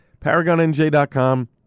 ParagonNJ.com